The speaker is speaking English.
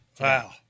Wow